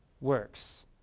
works